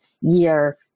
year